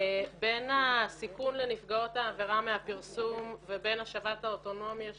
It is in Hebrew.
בין הסיכון לנפגעות העבירה מהפרסום ובין השבת האוטונומיה שלהן,